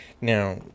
Now